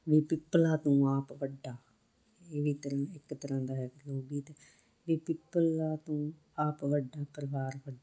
ਵੇ ਪਿੱਪਲਾ ਤੂੰ ਆਪ ਵੱਡਾ ਇਹ ਵੀ ਇੱਕ ਤਰ੍ਹਾਂ ਇੱਕ ਤਰ੍ਹਾਂ ਦਾ ਹੈ ਲੋਕ ਗੀਤ ਵੇ ਪਿੱਪਲਾ ਤੂੰ ਆਪ ਵੱਡਾ ਪਰਿਵਾਰ ਵੱਡਾ